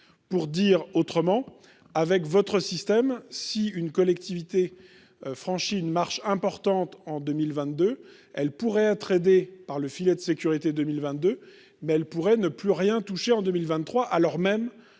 aider. Autrement dit, avec votre système, si une collectivité franchit une marche importante en 2022, elle pourrait être aidée par le filet de sécurité 2022, mais ne plus rien toucher en 2023, alors même